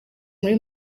muri